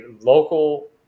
local